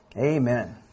Amen